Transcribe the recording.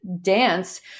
dance